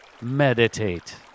meditate